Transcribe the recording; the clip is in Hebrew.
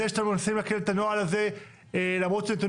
זה שאתם מנסים לעכב את הנוהל הזה למרות